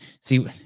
See